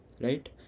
right